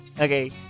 Okay